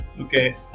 Okay